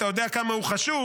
אתה יודע כמה הוא חשוב.